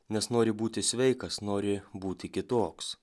nes nori būti sveikas nori būti kitoks